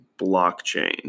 blockchain